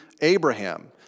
Abraham